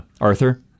Arthur